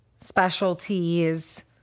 specialties